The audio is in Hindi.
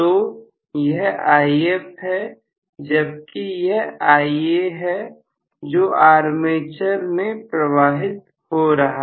तो यह If है जबकि यह Ia है जो आर्मेचर में प्रवाहित हो रहा है